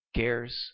cares